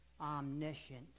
omniscient